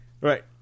right